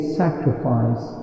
sacrifice